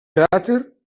cràter